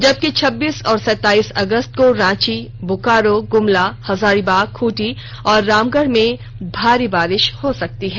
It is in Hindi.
जबकि छब्बीस और सताई अगस्त को रांची बोकारो गुमला हजारीबाग खूंटी और रामगढ़ में भारी बारिश हो सकती है